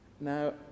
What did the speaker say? Now